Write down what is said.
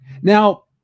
Now